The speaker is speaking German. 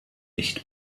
nicht